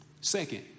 Second